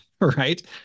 right